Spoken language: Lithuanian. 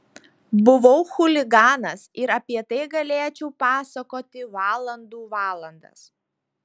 buvau chuliganas ir apie tai galėčiau pasakoti valandų valandas